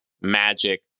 magic